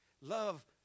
Love